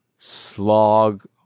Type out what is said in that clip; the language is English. slog